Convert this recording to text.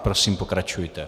Prosím, pokračujte.